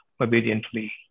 obediently